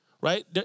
right